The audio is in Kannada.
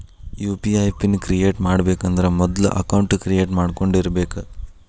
ಯು.ಪಿ.ಐ ಪಿನ್ ಕ್ರಿಯೇಟ್ ಮಾಡಬೇಕಂದ್ರ ಮೊದ್ಲ ಅಕೌಂಟ್ ಕ್ರಿಯೇಟ್ ಮಾಡ್ಕೊಂಡಿರಬೆಕ್